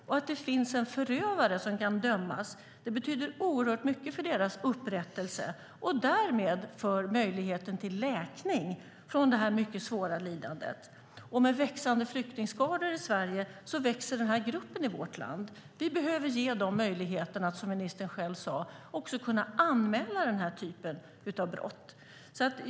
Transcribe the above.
Och att det finns en förövare som kan dömas betyder oerhört mycket för deras upprättelse och därmed för möjligheten till läkning efter det mycket svåra lidandet. Med växande flyktingskaror i Sverige växer den här gruppen i vårt land. Vi behöver ge dem möjligheten att, som ministern själv sade, anmäla den här typen av brott.